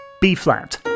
B-flat